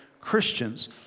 Christians